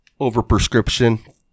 overprescription